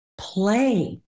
play